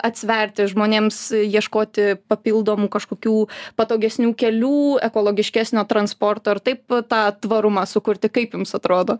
atsverti žmonėms ieškoti papildomų kažkokių patogesnių kelių ekologiškesnio transporto ar taip tą tvarumą sukurti kai atrodo